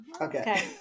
Okay